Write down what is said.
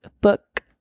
book